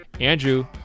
Andrew